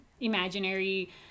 imaginary